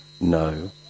no